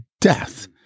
death